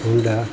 Honda